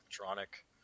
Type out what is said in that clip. electronic